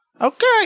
Okay